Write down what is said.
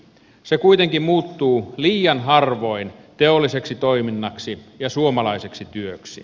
se kuitenkin muuttuu liian harvoin teolliseksi toiminnaksi ja suomalaiseksi työksi